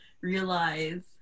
realize